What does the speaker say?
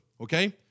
okay